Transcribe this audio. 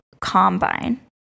Combine